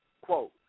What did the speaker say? Quote